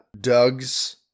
Doug's